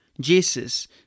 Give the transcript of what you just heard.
Jesus